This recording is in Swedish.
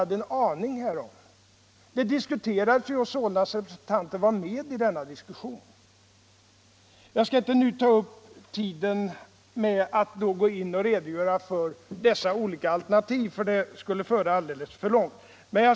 Av inläggen här fick man intrycket att ni inte hade en aning härom. Jag skall inte ta upp tiden med att redogöra för dessa olika alternativ — det skulle föra alldeles för långt.